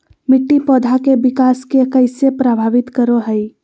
मिट्टी पौधा के विकास के कइसे प्रभावित करो हइ?